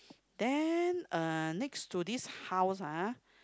then uh next to this house ah